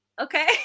Okay